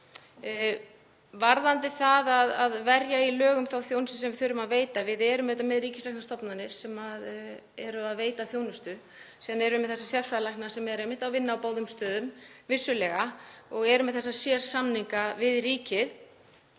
varðandi það að verja í lögum þá þjónustu sem við þurfum að veita. Við erum auðvitað með ríkisreknar stofnanir sem veita þjónustu, sem eru með þessa sérfræðilækna sem eru einmitt að vinna á báðum stöðum, vissulega, og erum með þessa sérsamninga við ríkið.